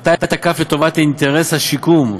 מטה את הכף לטובת אינטרס השיקום.